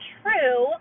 true